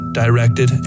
directed